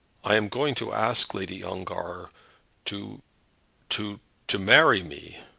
i am going to ask lady ongar to to to marry me.